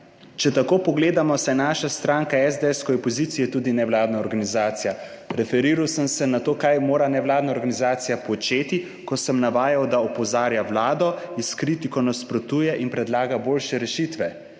Če tako pogledamo, saj je naša stranka SDS, ko je opozicija, tudi nevladna organizacija. Preferiral sem se na to, kaj mora nevladna organizacija početi, ko sem navajal, da opozarja vlado, ji s kritiko nasprotuje in predlaga boljše rešitve.